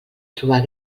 trobar